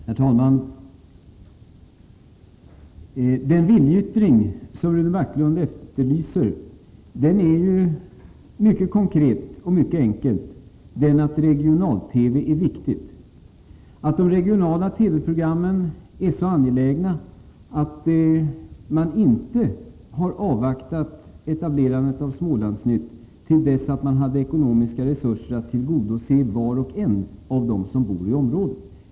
Herr talman! Den viljeyttring som Rune Backlund efterlyser är mycket konkret och mycket enkel: Regional-TV är viktigt. De regionala TV programmen är så angelägna att man inte har avvaktat med etablerandet av Smålandsnytt till dess man hade ekonomiska resurser att tillgodose var och en av dem som bor i området.